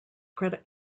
credit